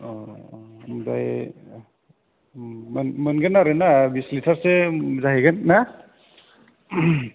अ आमफ्राय मोनगोन आरो ना बिस लिटारसो जाहैगोन ना